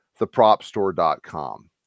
thepropstore.com